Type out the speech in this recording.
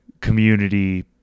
community